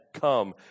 come